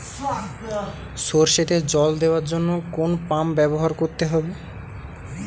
সরষেতে জল দেওয়ার জন্য কোন পাম্প ব্যবহার করতে হবে?